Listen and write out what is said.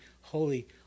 holy